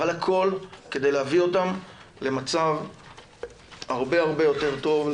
אבל הכול כדי להביא אותם למצב הרבה הרבה יותר טוב,